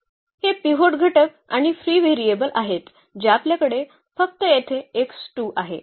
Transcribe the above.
हे पिव्होट घटक आणि फ्री व्हेरिएबल आहेत जे आपल्याकडे फक्त येथे x 2 आहे